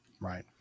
Right